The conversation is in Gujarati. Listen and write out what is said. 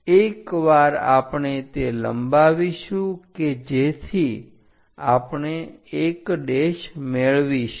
એકવાર આપણે તે લંબાવીશું કે જેથી આપણે 1 મેળવીશું